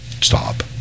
stop